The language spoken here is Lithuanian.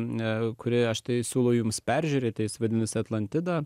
ne kurį aš tai siūlau jums peržiūrėti vidinasi atlantida